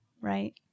right